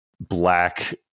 black